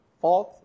fourth